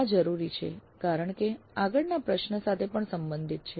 આ જરૂરી છે કારણ કે આ આગળના પ્રશ્ન સાથે પણ સંબંધિત છે